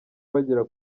bagera